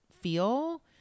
feel